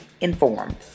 informed